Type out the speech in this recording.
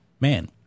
Man